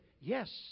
yes